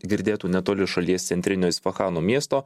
girdėtų netoli šalies centrinio isfahano miesto